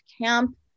camp